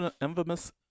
infamous